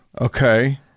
Okay